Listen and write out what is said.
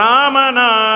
Ramana